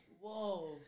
Whoa